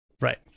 right